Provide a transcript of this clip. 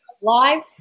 live